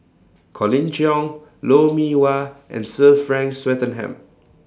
Colin Cheong Lou Mee Wah and Sir Frank Swettenham